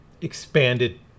expanded